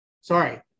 Sorry